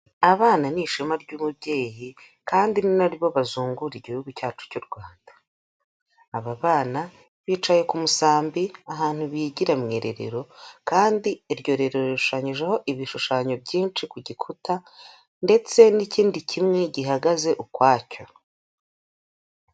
Abana ni ishema ry'umubyeyi, kandi ni nabo bazungura Igihugu cyacu cy'u Rwanda, aba bana bicaye ku musambi ahantu bigira mu irerero, kandi iryo rero rishushanyijeho ibishushanyo byinshi ku gikuta, ndetse n'ikindi kimwe gihagaze ukwacyo.